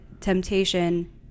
temptation